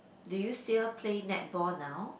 do you still play netball now